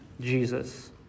Jesus